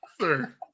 Sir